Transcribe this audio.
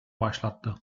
başlattı